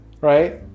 right